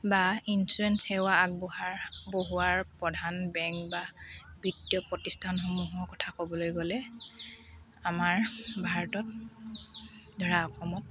বা ইঞ্চুৰেন্স সেৱা আগবঢ়াৰ বঢ়োৱাৰ প্ৰধান বেংক বা বিত্তীয় প্ৰতিষ্ঠানসমূহৰ কথা ক'বলৈ গ'লে আমাৰ ভাৰতত ধৰা অসমত